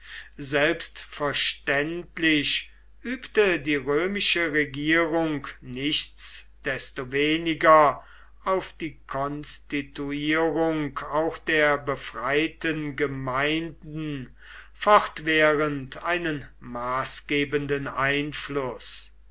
selbstverständlich übte die römische regierung nichtsdestoweniger auf die konstituierung auch der befreiten gemeinden fortwährend einen maßgebenden einfluß